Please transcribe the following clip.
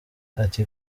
ati